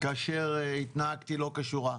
כאשר התנהגתי לא כשורה.